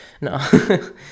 No